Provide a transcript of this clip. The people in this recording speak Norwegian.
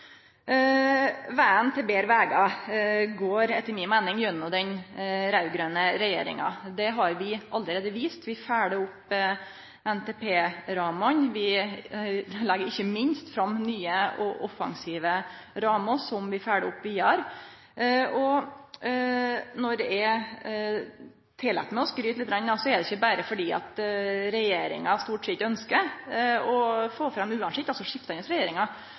Vegen til betre vegar går etter mi meining gjennom den raud-grøne regjeringa. Det har vi allereie vist, vi følgjer opp NTP-rammene, vi legg ikkje minst fram nye og offensive rammer som vi følgjer opp vidare. Når eg tillèt meg å skryte lite grann, er det ikkje berre fordi regjeringa stort sett ønskjer å få fram det fortreffelege i eigen politikk uansett